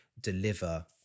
deliver